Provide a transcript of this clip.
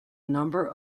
number